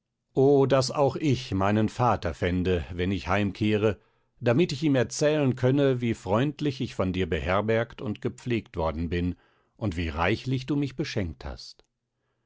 o daß auch ich meinen vater fände wenn ich heimkehre damit ich ihm erzählen könne wie freundlich ich von dir beherbergt und gepflegt worden bin und wie reichlich du mich beschenkt hast